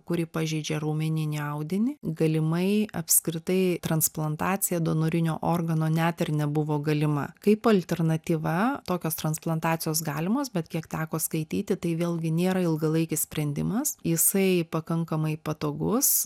kuri pažeidžia raumeninį audinį galimai apskritai transplantacija donorinio organo net ir nebuvo galima kaip alternatyva tokios transplantacijos galimos bet kiek teko skaityti tai vėlgi nėra ilgalaikis sprendimas jisai pakankamai patogus